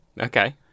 Okay